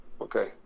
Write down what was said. Okay